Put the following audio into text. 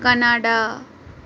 Canada